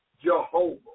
Jehovah